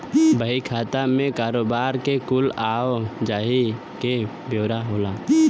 बही खाता मे कारोबार के कुल आवा जाही के ब्योरा होला